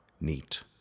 Neat